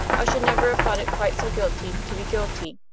i should never have thought it quite so guilty to be guilty.